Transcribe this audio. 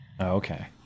Okay